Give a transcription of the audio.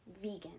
vegan